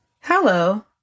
Hello